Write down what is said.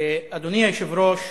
אדוני היושב-ראש,